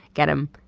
get em.